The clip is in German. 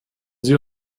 sie